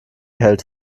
hält